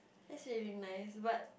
that's usually nice but